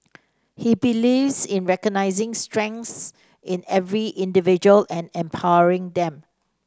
he believes in recognising strengths in every individual and empowering them